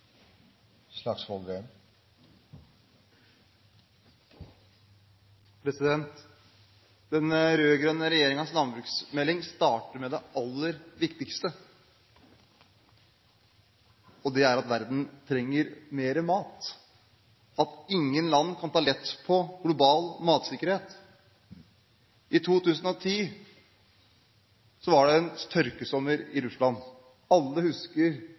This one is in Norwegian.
at verden trenger mer mat, og at ingen land kan ta lett på global matsikkerhet. I 2010 var det tørkesommer i Russland. Alle husker